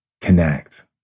connect